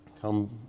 come